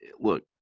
look